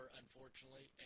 unfortunately